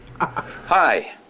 Hi